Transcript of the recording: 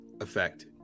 effect